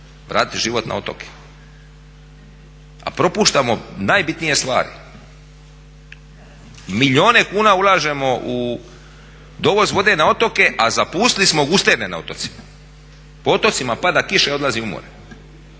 vratiti život na otoke, a propuštamo najbitnije stvari. Milijune kuna ulažemo u dovoz vode na otoke, a zapustili smo gusterne na otocima. Po otocima pada kiša i odlazi u more,